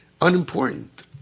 unimportant